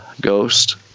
ghost